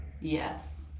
Yes